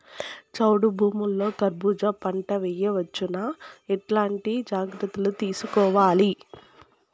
చౌడు భూముల్లో కర్బూజ పంట వేయవచ్చు నా? ఎట్లాంటి జాగ్రత్తలు తీసుకోవాలి?